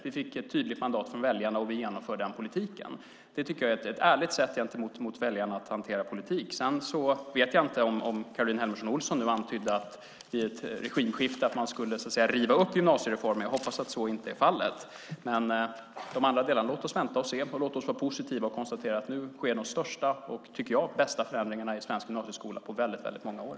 Vi fick ett tydligt mandat från väljarna, och vi genomför den politiken. Det tycker jag är ett ärligt sätt att hantera politik gentemot väljarna. Jag vet inte om Caroline Helmersson Olsson nu antydde att man vid ett regimskifte skulle riva upp gymnasiereformen. Jag hoppas att så inte är fallet. Låt oss vänta och se! Låt oss vara positiva och konstatera att nu sker de största och, tycker jag, bästa förändringarna i svensk gymnasieskola på väldigt många år.